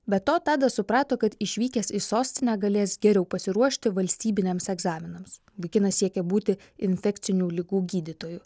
be to tadas suprato kad išvykęs į sostinę galės geriau pasiruošti valstybiniams egzaminams vaikinas siekia būti infekcinių ligų gydytoju